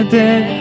dead